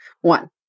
one